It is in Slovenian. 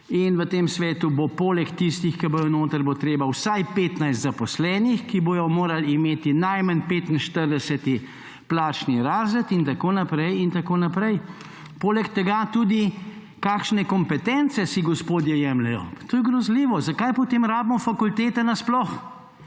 V tem svetu bo poleg tistih, ki bodo notri, treba vsaj 15 zaposlenih, ki bodo morali imeti najmanj 45. plačni razred in tako naprej in tako naprej. Poleg tega tudi kakšne kompetence si gospodje jemljejo? Pa to je grozljivo. Zakaj potem rabimo fakultete sploh,